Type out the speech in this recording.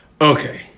okay